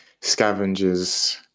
Scavengers